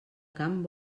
camp